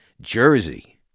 jersey